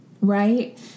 Right